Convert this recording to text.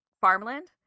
farmland